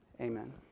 amen